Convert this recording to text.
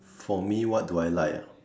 for me what do I like ah